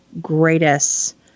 greatest